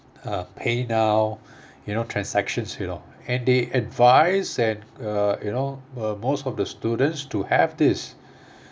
uh paynow you know transactions you know and they advise and uh you know uh most of the students to have this